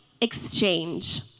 exchange